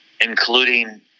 including